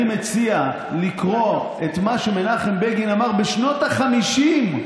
אני מציע לקרוא את מה שמנחם בגין אמר בשנות החמישים,